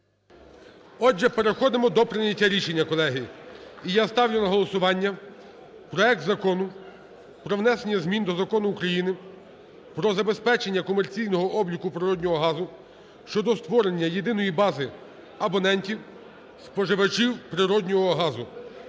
Отже, переходимо до прийняття рішення, колеги. І я ставлю на голосування проект Закону про внесення змін до Закону України "Про забезпечення комерційного обліку природного газу" (щодо створення єдиної бази абонентів – споживачів природного газу).